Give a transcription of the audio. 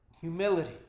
humility